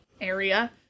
area